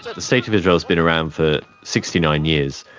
the state of israel has been around for sixty nine years,